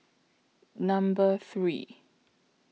Number three